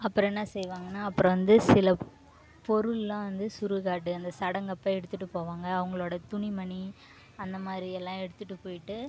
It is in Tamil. அப்புறம் என்ன செய்வாங்கன்னா அப்புறம் வந்து சில பொருள்லாம் வந்து சுடுகாடு அந்த சடங்கப்போ எடுத்துட்டு போவாங்க அவங்களோட துணி மணி அந்த மாதிரியெல்லாம் எடுத்துட்டு போய்ட்டு